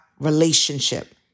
relationship